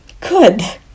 Good